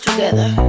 Together